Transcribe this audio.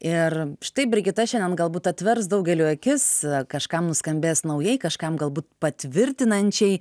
ir štai brigita šiandien galbūt atvers daugeliui akis kažkam nuskambės naujai kažkam galbūt patvirtinančiai